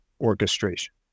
orchestration